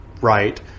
right